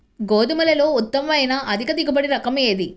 గోధుమలలో ఉత్తమమైన అధిక దిగుబడి రకం ఏది?